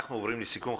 אנחנו עוברים לסיכום.